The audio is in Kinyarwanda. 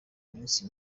minsi